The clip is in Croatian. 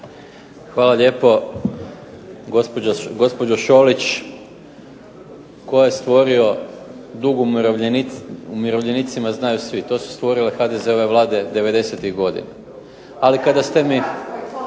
Hvala lijepo. Gospođo Šolić, tko je stvorio dug umirovljenicima znaju svi. to su stvorile HDZ-ove vlade '90.-ih godina. Ali kada ste me